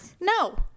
no